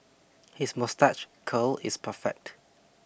his moustache curl is perfect